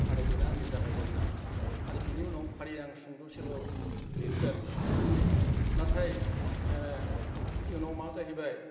आरो बेनो आंनि जागाय जेन्नाय आरो बिनि उनाव फारि आं सुंद' सल' लिरदों नाथाय इयुनाव मा जाहैबाय